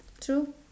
true